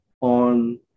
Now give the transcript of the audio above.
on